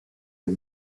est